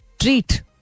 treat